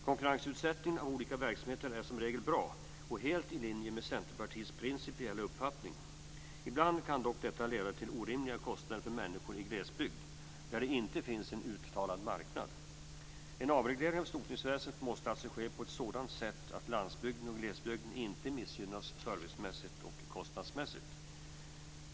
Konkurrensutsättning av olika verksamheter är som regel bra och helt i linje med Centerpartiets principiella uppfattning. Ibland kan dock konkurrensutsättning leda till orimliga kostnader för människor i glesbygd, där det inte finns en uttalad marknad. En avreglering av sotningsväsendet måste alltså ske på ett sådant sätt att landsbygden och glesbygden inte missgynnas servicemässigt och kostnadsmässigt.